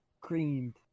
creamed